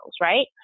right